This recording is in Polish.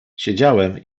siedziałem